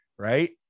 Right